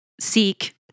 Seek